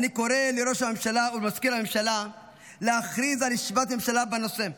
אני קורא לראש הממשלה ולמזכיר הממשלה להכריז על ישיבת ממשלה בנושא,